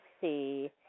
see